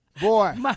boy